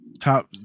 top